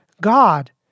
God